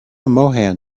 mohan